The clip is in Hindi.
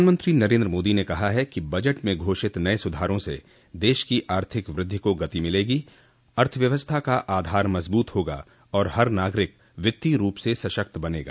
प्रधानमंत्री नरेन्द्र मोदी ने कहा है कि बजट में घोषित नये सुधारों से देश की आर्थिक वृद्धि को गति मिलेगी अर्थव्यवस्था का आधार मजबूत होगा और हर नागरिक वित्तीय रूप से सशक्त बनेगा